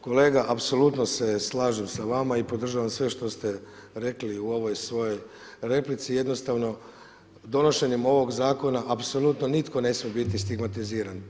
Kolega apsolutno se slažem sa vama i podržavam sve što ste rekli u ovoj svojoj replici jednostavno donošenjem ovog zakona apsolutno nitko ne smije biti stigmatiziran.